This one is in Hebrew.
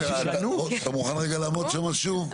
אתה מוכן רגע לענות שם שוב?